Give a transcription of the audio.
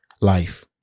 life